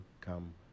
come